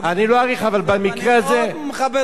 אני מאוד מכבד אותך.